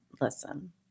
Listen